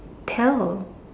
tell